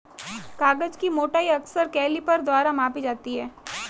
कागज की मोटाई अक्सर कैलीपर द्वारा मापी जाती है